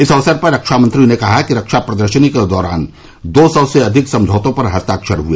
इस अवसर पर रक्षा मंत्री ने कहा कि रक्षा प्रदर्शनी के दौरान दो सौ से अधिक समझौतों पर हस्ताक्षर हुए